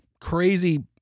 crazy